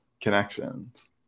connections